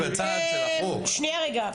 שנייה רגע.